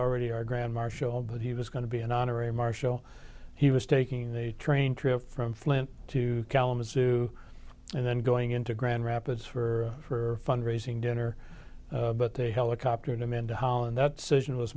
already our grand marshal but he was going to be an honorary marshal he was taking the train trip from flint to kalamazoo and then going into grand rapids for a fundraising dinner but they helicoptered him into holland that solution was